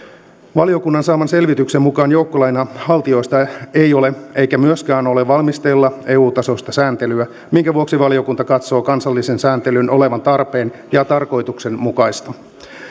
valiokunnan saaman selvityksen mukaan joukkolainanhaltijoista ei ole eikä myöskään ole valmisteilla eu tasoista sääntelyä minkä vuoksi valiokunta katsoo kansallisen sääntelyn olevan tarpeen ja tarkoituksenmukaista